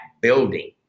building